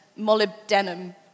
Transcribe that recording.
molybdenum